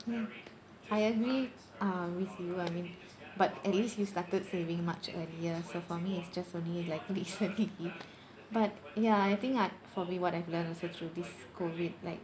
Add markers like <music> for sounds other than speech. ya I agree uh with you I mean but at least you started saving much earlier so for me it's just only like recently <laughs> but ya I think I for me what I've learned also through this COVID like